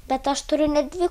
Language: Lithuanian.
bet aš turiu ne dvi